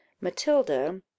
matilda